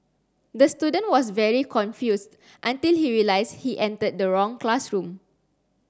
the student was very confused until he realised he entered the wrong classroom